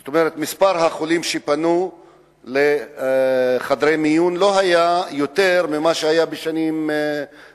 זאת אומרת מספר החולים שפנו לחדרי מיון לא עלה על מה שהיה בשנים קודמות,